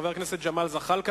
חבר הכנסת ג'מאל זחאלקה.